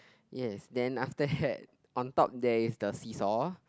yes then after that on top there is the seesaw